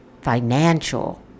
financial